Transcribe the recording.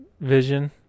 vision